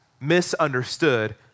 misunderstood